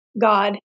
God